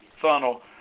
funnel